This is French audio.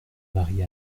marie